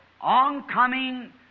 oncoming